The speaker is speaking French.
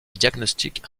diagnostique